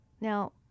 Now